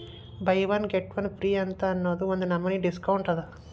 by one get one free ಅಂತ್ ಅನ್ನೂದು ಒಂದ್ ನಮನಿ ಡಿಸ್ಕೌಂಟ್ ಅದ